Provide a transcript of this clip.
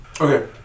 Okay